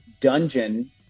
dungeon